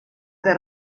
que